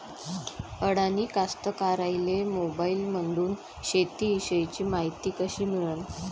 अडानी कास्तकाराइले मोबाईलमंदून शेती इषयीची मायती कशी मिळन?